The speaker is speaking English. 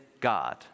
God